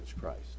Christ